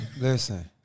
Listen